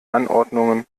anordnungen